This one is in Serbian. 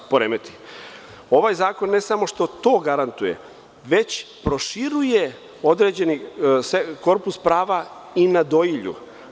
Ovaj zakon ne samo što to garantuje, već proširuje određeni korpus prava i na dojilju.